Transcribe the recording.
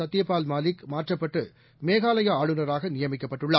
Satyapal Malik மாற்றப்பட்டுமேகாலயாஆளுநராகநியமிக்கப்பட்டுள்ளார்